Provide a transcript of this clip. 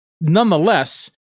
nonetheless